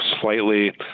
slightly